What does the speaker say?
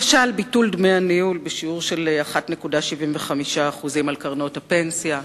למשל: ביטול דמי הניהול בשיעור של 1.75% על קרנות הפנסיה,